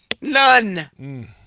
None